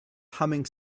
humming